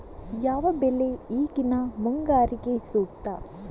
ಯಾವ ಬೆಳೆ ಈಗಿನ ಮುಂಗಾರಿಗೆ ಸೂಕ್ತ?